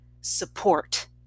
support